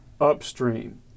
upstream